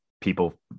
people